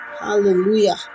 Hallelujah